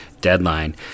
deadline